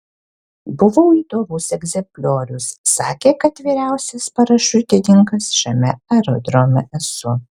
buvau įdomus egzempliorius sakė kad vyriausias parašiutininkas šiame aerodrome esu